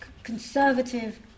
Conservative